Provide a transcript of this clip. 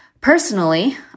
Personally